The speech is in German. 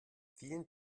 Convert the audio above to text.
vielen